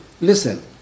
Listen